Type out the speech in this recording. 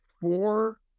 four